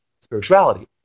spirituality